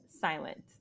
silent